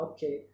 Okay